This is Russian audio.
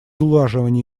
улаживания